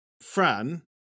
fran